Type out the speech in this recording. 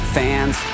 fans